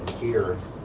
here